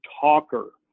talker